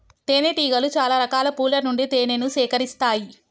తేనె టీగలు చాల రకాల పూల నుండి తేనెను సేకరిస్తాయి